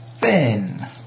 Ben